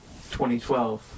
2012